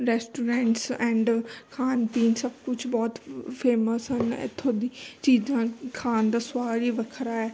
restaurants and ਖਾਣ ਪੀਣ ਸਭ ਕੁਛ ਬਹੁਤ ਫੇਮਸ ਹਨ ਇੱਥੋਂ ਦੀ ਚੀਜ਼ਾਂ ਖਾਣ ਦਾ ਸਵਾਦ ਹੀ ਵੱਖਰਾ ਹੈ